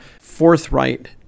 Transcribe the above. forthright